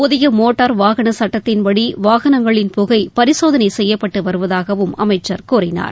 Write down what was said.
புதிய மோட்டார் வாகன சட்டத்தின்படி வாகனங்களின் புகை பரிசோதனை செய்யப்பட்டு வருவதாகவும் அமைச்சர் கூறினார்